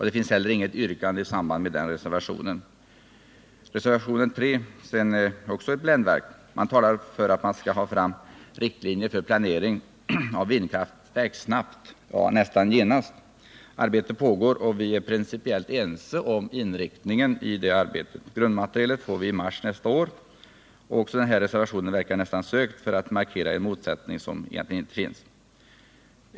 Det finns heller inget yrkande i den reservationen. Också reservationen 3 är ett bländverk. Man talar för att det skall tas fram riktlinjer för planering av vindkraftverk snabbt — nästan genast. Arbete pågår, och vi är principiellt ense om inriktningen i detta arbete. Grundmaterialet får vi i mars nästa år. Också den här reservationen verkar nästan tillkommen för att markera en motsättning som egentligen inte finns.